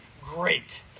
Great